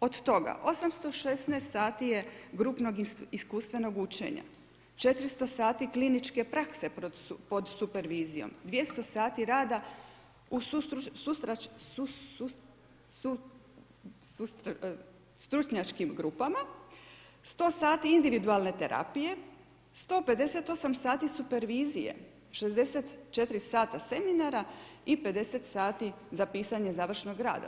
od toga 816 sati je grupnog iskustvenog učenja, 400 sati kliničke prakse pod super vizijom, 200 sati rada u stručnjačkim grupama, 100 sati individualne terapije, 158 sati supervizije, 64 sata seminara i 50 sati za pisanje završnog rada.